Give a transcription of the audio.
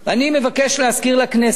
אני מבקש להזכיר לכנסת,